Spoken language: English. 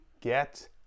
get